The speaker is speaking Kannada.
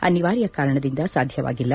ಅನಿವಾರ್ಯ ಕಾರಣದಿಂದ ಸಾಧ್ಯವಾಗಿಲ್ಲ